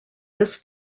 this